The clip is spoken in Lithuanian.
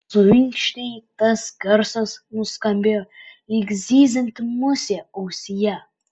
suinkštei tas garsas nuskambėjo lyg zyzianti musė ausyje